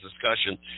discussion